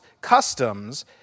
customs